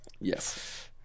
Yes